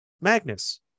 Magnus